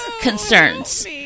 concerns